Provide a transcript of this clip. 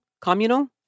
communal